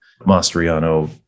Mastriano